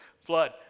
Flood